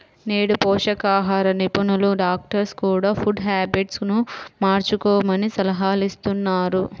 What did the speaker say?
నేడు పోషకాహార నిపుణులు, డాక్టర్స్ కూడ ఫుడ్ హ్యాబిట్స్ ను మార్చుకోమని సలహాలిస్తున్నారు